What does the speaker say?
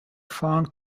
fong